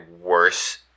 worse